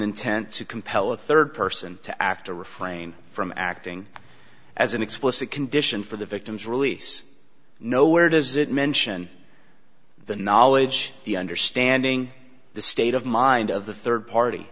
to compel a third person to act or refrain from acting as an explicit condition for the victim's release nowhere does it mention the knowledge the understanding the state of mind of the third party